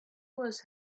was